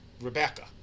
Rebecca